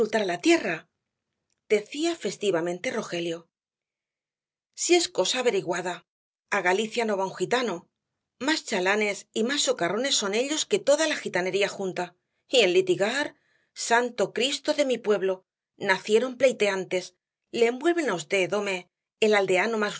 la tierra decía festivamente rogelio sí es cosa averiguada a galicia no va un gitano más chalanes y más socarrones son ellos que toda la gitanería junta y en litigar santo cristo de mi pueblo nacieron pleiteantes le envuelven á v home el aldeano